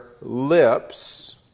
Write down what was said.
lips